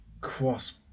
cross